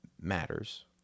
matters